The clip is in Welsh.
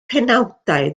penawdau